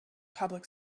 public